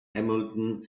hamilton